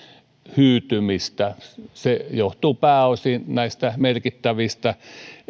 hyytymistä se johtuu pääosin näistä merkittävistä